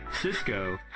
Cisco